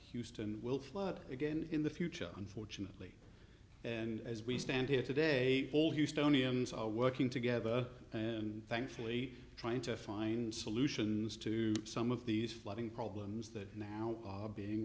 houston will flood again in the future unfortunately and as we stand here today all houstonians are working together and thankfully trying to find solutions to some of these flooding problems that are now being